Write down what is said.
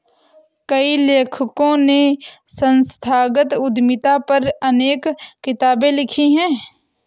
कई लेखकों ने संस्थागत उद्यमिता पर अनेक किताबे लिखी है